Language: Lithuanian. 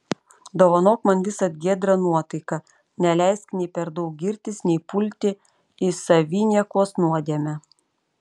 dovanok man visad giedrą nuotaiką neleisk nei per daug girtis nei pulti į saviniekos nuodėmę